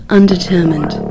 Undetermined